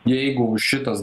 jeigu šitas